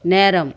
நேரம்